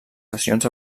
sessions